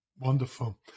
Wonderful